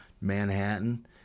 Manhattan